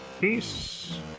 Peace